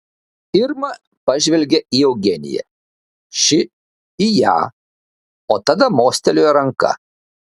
irma pažvelgė į eugeniją ši į ją o tada mostelėjo ranka